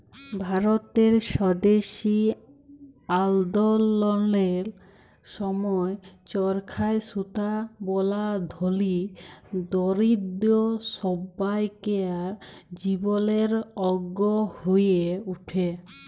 ভারতের স্বদেশী আল্দললের সময় চরখায় সুতা বলা ধলি, দরিদ্দ সব্বাইকার জীবলের অংগ হঁয়ে উঠে